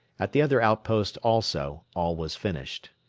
at the other outpost also all was finished.